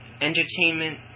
entertainment